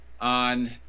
on